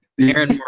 Aaron